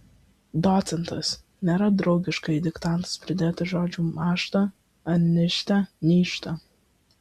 docentas nėra draugiška į diktantus pridėti žodžių mąžta ar nižte nyžta